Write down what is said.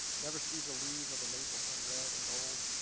never sees the leaves of a maple turn red and gold,